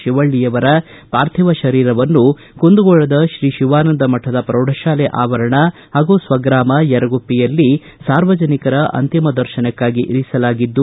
ಶಿವಳ್ಳಿಯವರ ಪಾರ್ಥಿವ ಶರೀರವನ್ನು ಕುಂದಗೋಳದ ಶ್ರೀ ಶಿವಾನಂದ ಮಠದ ಪ್ರೌಢಶಾಲೆ ಆವರಣ ಹಾಗೂ ಸ್ವಗ್ರಾಮ ಯರಗುಪ್ಪಿಯಲ್ಲಿ ಸಾರ್ವಜನಿಕರ ಅಂತಿಮ ದರ್ಶನಕ್ಕಾಗಿ ಇರಿಸಲಾಗಿದ್ದು